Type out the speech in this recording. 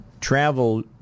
travel